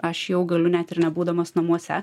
aš jau galiu net ir nebūdamas namuose